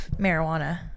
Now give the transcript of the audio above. marijuana